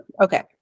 Okay